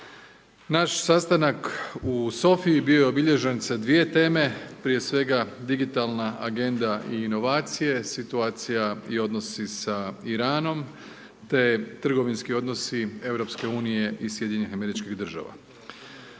Naš sastanak u Sofi je bio obilježen sa 2 teme, prije svega digitalna arenda i inovacije, situacija i odnosi sa Iranom, te trgovinski odnosi EU i SAD-a. Moderne tehnologije